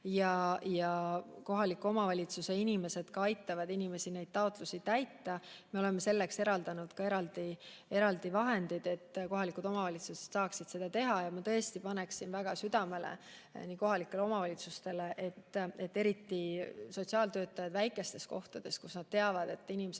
Kohaliku omavalitsuse inimesed aitavad inimesi neid taotlusi täita. Me oleme selleks eraldanud vahendeid, et kohalikud omavalitsused saaksid seda teha. Ma tõesti paneksin väga südamele kohalikele omavalitsustele: eriti kui sotsiaaltöötajad väikestes kohtades teavad, et inimesed